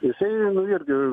jisai nu irgi